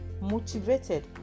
motivated